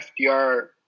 FDR